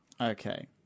Okay